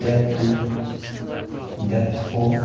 date two date four